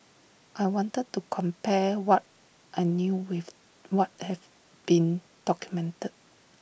I wanted to compare what I knew with what have been documented